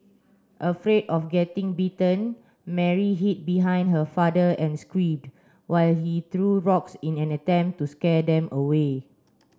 afraid of getting bitten Mary hid behind her father and screamed while he threw rocks in an attempt to scare them away